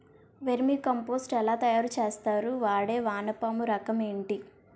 Vermi compost ఎలా తయారు చేస్తారు? వాడే వానపము రకం ఏంటి?